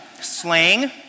slang